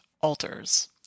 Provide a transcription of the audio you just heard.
altars